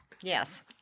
Yes